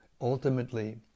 Ultimately